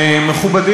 אה, השר בנט.